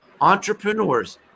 entrepreneurs